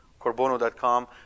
corbono.com